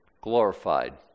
glorified